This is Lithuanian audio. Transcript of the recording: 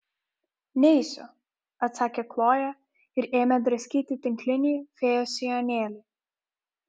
neisiu atsakė kloja ir ėmė draskyti tinklinį fėjos sijonėlį